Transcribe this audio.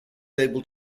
able